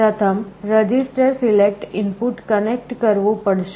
પ્રથમ તમારે register select input connect કરવું પડશે